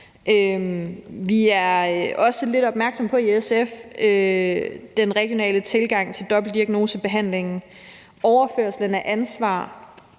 i SF også lidt opmærksomme på den regionale tilgang til dobbeltdiagnosebehandlingen. Overførslen af ansvar